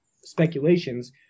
speculations